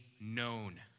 known